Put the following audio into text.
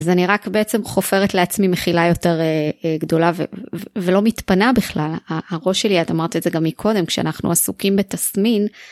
אז אני רק בעצם חופרת לעצמי מחילה יותר גדולה ולא מתפנה בכלל. הראש שלי, את אמרת את זה גם מקודם, כשאנחנו עסוקים בתסמין.